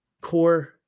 core